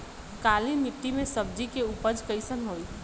काली मिट्टी में सब्जी के उपज कइसन होई?